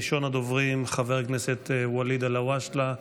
ראשון הדוברים, חבר הכנסת ואליד אלהואשלה,